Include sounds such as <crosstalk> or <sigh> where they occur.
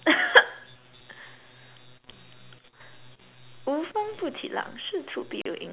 <laughs> 无风不起浪事出必有因